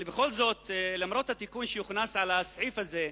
אבל בכל זאת, למרות התיקון שהוכנס לסעיף הזה,